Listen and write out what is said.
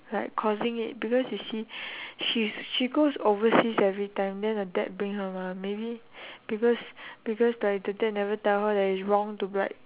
like causing it because you see she's she goes overseas every time then the dad bring her mah maybe because because like the dad never tell her that it's wrong to brag